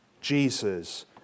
Jesus